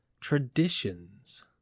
traditions